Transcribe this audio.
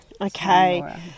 Okay